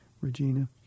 Regina